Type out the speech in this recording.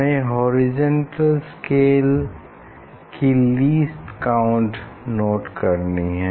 हमें horizontal scale की least count note करनी है